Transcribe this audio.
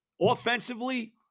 offensively